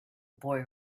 boy